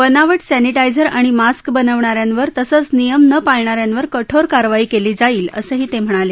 बनावट सॅनिटायझर आणि मास्क बनवणा यांवर तसंच नियम न पाळणा यांवर कठोर कारवाई केली जाईल असंही ते म्हणाले